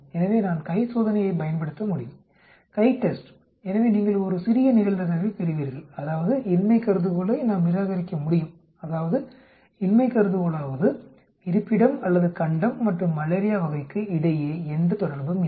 எனவே நான் CHI சோதனையை பயன்படுத்த முடியும் CHI TEST எனவே நீங்கள் ஒரு சிறிய நிகழ்தகவைப் பெறுவீர்கள் அதாவது இன்மை கருதுகோளை நாம் நிராகரிக்க முடியும் அதாவது இன்மை கருதுகோளாவது இருப்பிடம் அல்லது கண்டம் மற்றும் மலேரியா வகைக்கு இடையே எந்த தொடர்பும் இல்லை